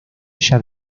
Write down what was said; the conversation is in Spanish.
ella